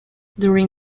during